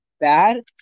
bad